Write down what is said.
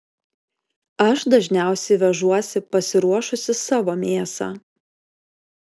aš dažniausiai vežuosi pasiruošusi savo mėsą